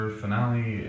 finale